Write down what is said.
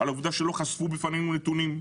על העובדה שלא חשפו בפנינו נתונים,